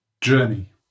journey